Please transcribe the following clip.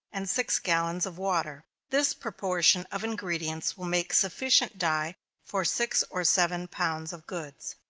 and six gallons of water. this proportion of ingredients will make sufficient dye for six or seven pounds of goods.